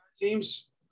teams